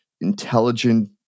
intelligent